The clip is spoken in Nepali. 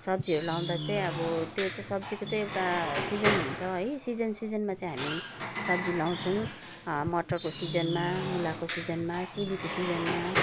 सब्जीहरू लगाउँदा चाहिँ अब त्यो चाहिँ सब्जीको चाहिँ एउटा सिजन हुन्छ है सिजन सिजनमा चाहिँ हामी सब्जी लगाउँछौँ मटरको सिजनमा मुलाको सिजनमा सिमीको सिजनमा